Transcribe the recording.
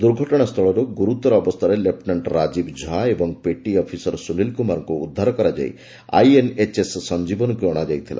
ଦୁର୍ଘଟଣାସ୍ଥଳରୁ ଗୁରୁତର ଅବସ୍ଥାରେ ଲେଫ୍ଟନାଣ୍ଟ ରାଜୀବ ଝା ଏବଂ ପେଟି ଅଫିସର ସୁନୀଲ କୁମାରଙ୍କୁ ଉଦ୍ଧାର କରାଯାଇ ଆଇଏନ୍ଏଚ୍ଏସ୍ ସଞ୍ଜୀବନୀକୁ ଅଶାଯାଇଥିଲା